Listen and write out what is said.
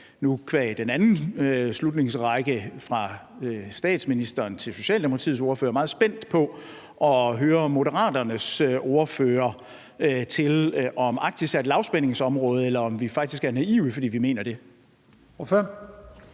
jo qua den anden slutningsrække fra statsministeren til Socialdemokratiets ordfører meget spændt på at høre Moderaternes ordfører om, hvorvidt Arktis er et lavspændingsområde, eller om vi faktisk er naive, fordi vi mener det. Kl.